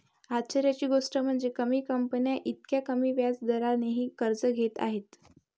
आश्चर्याची गोष्ट म्हणजे, कमी कंपन्या इतक्या कमी व्याज दरानेही कर्ज घेत आहेत